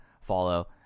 follow